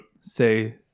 say